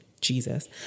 jesus